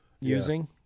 using